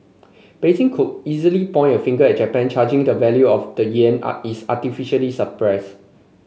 Beijing could easily point a finger at Japan charging the value of the yen is artificially suppressed